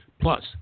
Plus